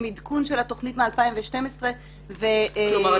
עם עדכון של התוכנית משנת 2012. כלומר,